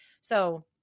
So-